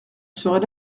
serait